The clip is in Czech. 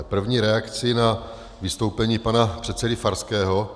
První je reakcí na vystoupení pana předsedy Farského.